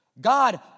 God